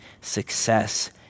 Success